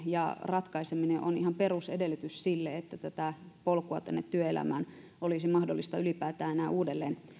ja ratkaiseminen on ihan perusedellytys sille että polkua työelämään olisi mahdollista ylipäätään enää uudelleen